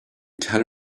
tell